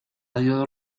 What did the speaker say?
dios